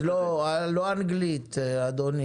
עברית.